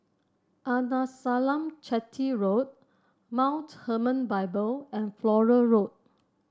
Arnasalam Chetty Road Mount Hermon Bible and Flora Road